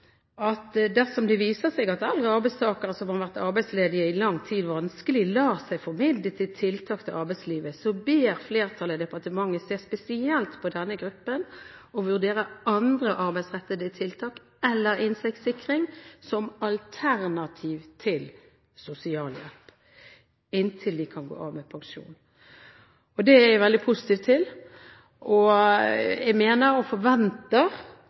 at dersom det viser seg at eldre arbeidstakere som har vært arbeidsledige i lang tid, vanskelig lar seg formidle til tiltak til arbeidslivet, ber flertallet departementet se spesielt på denne gruppen og vurdere andre arbeidsrettede tiltak eller inntektssikring som alternativ til sosialhjelp, inntil de kan gå av med pensjon. Det er jeg veldig positiv til, og jeg mener og forventer,